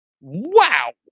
wow